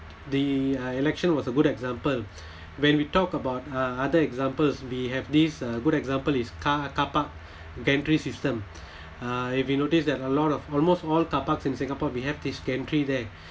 the uh election was a good example when we talk about uh other examples we have this a good example is car car park gantry system uh if you noticed that a lot of almost all car park in singapore we have this gantry there